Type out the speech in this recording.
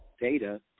data